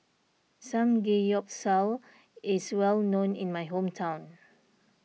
Samgeyopsal is well known in my hometown